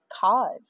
cause